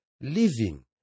living